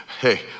hey